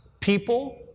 people